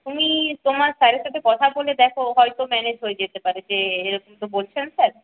তুমি তোমার স্যারের সাথে কথা বলে দেখো হয়তো ম্যানেজ হয়ে যেতে পারে যে এরকম তো বলছেন স্যার